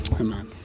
amen